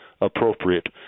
appropriate